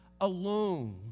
alone